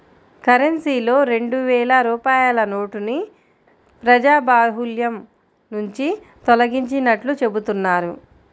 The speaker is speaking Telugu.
కరెన్సీలో రెండు వేల రూపాయల నోటుని ప్రజాబాహుల్యం నుంచి తొలగించినట్లు చెబుతున్నారు